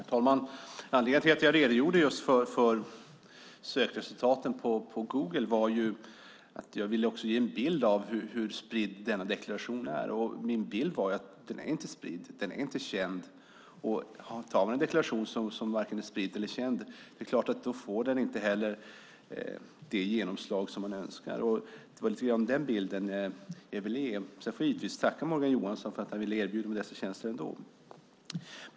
Herr talman! Anledningen till att jag redogjorde för sökresultaten på Google var att jag ville ge en bild av hur spridd denna deklaration är. Min bild var att den inte är spridd, och den är inte känd. Tar man en deklaration som varken är spridd eller känd är det klart att den inte får det genomslag man önskar. Det var lite grann den bilden jag ville ge. Sedan får jag givetvis ändå tacka Morgan Johansson för att han ville erbjuda mig dessa tjänster.